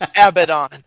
Abaddon